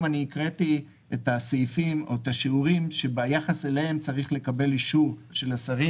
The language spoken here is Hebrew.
הקראתי את השיעורים שביחס אליהם צריך לקבל אישור של השרים.